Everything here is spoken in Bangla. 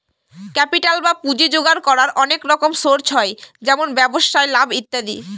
ক্যাপিটাল বা পুঁজি জোগাড় করার অনেক রকম সোর্স হয় যেমন ব্যবসায় লাভ ইত্যাদি